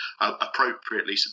appropriately